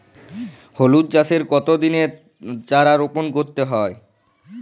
হলুদ চাষে কত দিনের চারা রোপন করতে হবে?